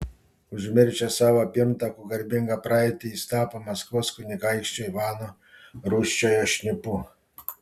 užmiršęs savo pirmtakų garbingą praeitį jis tapo maskvos kunigaikščio ivano rūsčiojo šnipu